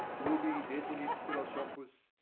ubi desinit philosophus,